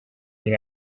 been